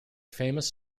famous